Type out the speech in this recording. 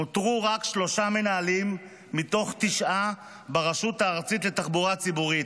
שנותרו רק שלושה מנהלים מתוך תשעה ברשות הארצית לתחבורה ציבורית,